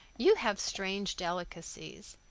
you have strange delicacies.